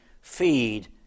feed